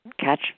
catch